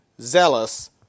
zealous